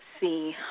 see